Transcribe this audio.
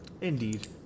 Indeed